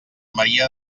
maria